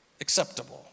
acceptable